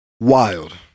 wild